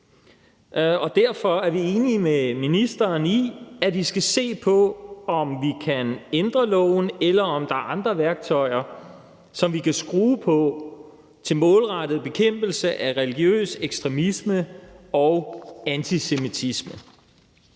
og derfor er vi enig med ministeren i, at vi skal se på, om vi kan ændre loven, eller om der er andre værktøjer, som vi kan skrue på til målrettet bekæmpelse af religiøs ekstremisme og antisemitisme.